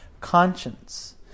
conscience